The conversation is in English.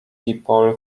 dipole